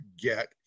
get